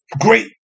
great